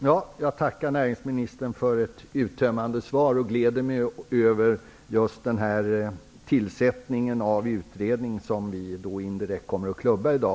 Herr talman! Jag tackar näringsministern för ett uttömmande svar och gläder mig över att denna utredning kommer att tillsättas, vilket vi indirekt kommer att klubba i dag.